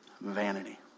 Vanity